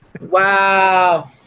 Wow